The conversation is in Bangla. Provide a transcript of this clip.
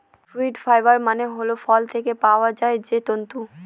ফ্রুইট ফাইবার মানে হল ফল থেকে পাওয়া যায় যে তন্তু